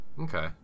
Okay